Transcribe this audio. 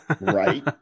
right